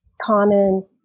common